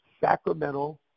Sacramento